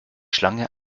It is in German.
schlange